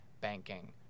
banking